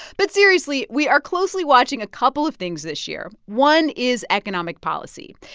but seriously, we are closely watching a couple of things this year. one is economic policy.